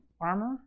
armor